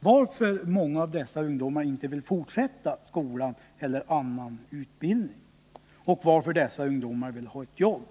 varför många av ungdomarna inte vill fortsätta att gå i skolan eller ägna sig åt annan utbildning utan i stället vill ha ett jobb.